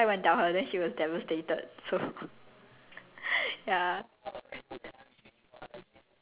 like get you to get you to say something about it then you're like oh I have sensitive ears then I went to tell her she was devastated so